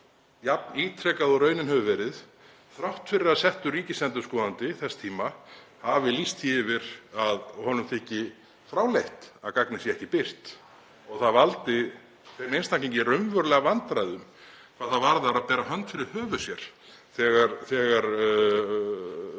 ítrekað og raunin hefur verið, þrátt fyrir að settur ríkisendurskoðandi þess tíma hafi lýst því yfir að honum þyki fráleitt að gagnið sé ekki birt og það valdi þeim einstaklingi raunverulega vandræðum hvað það varðar að bera hönd fyrir höfuð sér þegar